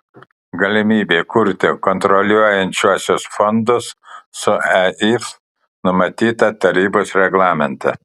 galimybė kurti kontroliuojančiuosius fondus su eif numatyta tarybos reglamente